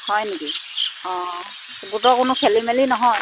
হয় নেকি অঁ গোটৰ কোনো খেলি মেলি নহয়